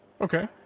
Okay